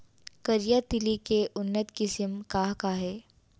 करिया तिलि के उन्नत किसिम का का हे?